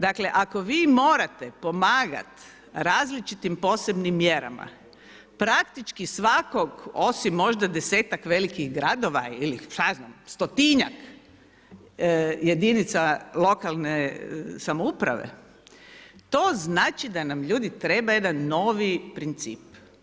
Dakle, ako vi morate pomagati različitim posebnim mjerama, praktički svakog osim možda 10-ak velikih gradova ili šta ja znam, 100-ak jedinica lokalne samouprave, to znači da na ljudi treba jedan novi princip.